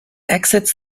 exits